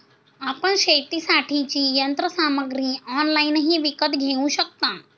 आपण शेतीसाठीची यंत्रसामग्री ऑनलाइनही विकत घेऊ शकता